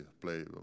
play